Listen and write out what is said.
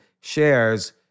shares